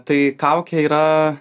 tai kaukė yra